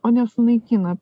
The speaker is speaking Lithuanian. o nesunaikina